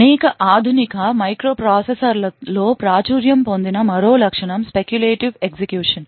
అనేక ఆధునిక మైక్రోప్రాసెసర్లలో ప్రాచుర్యం పొందిన మరో లక్షణం speculative ఎగ్జిక్యూషన్